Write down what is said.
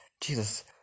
Jesus